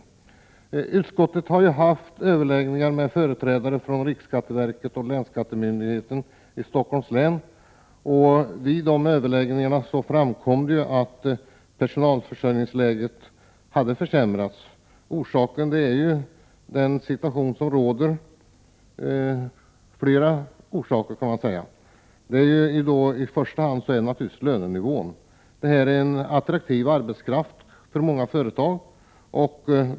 Man har i utskottet haft överläggningar med företrädare från riksskatteverket och länsskattemyndigheten i Stockholms län. Vid dessa överläggningar har det framkommit att personalförsörjningsläget har försämrats. Orsaken är den situation som för närvarande råder. Först och främst är det naturligtvis lönenivån. Arbetskraften är attraktiv för många företag.